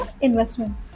investment